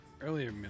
earlier